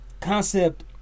concept